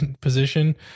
position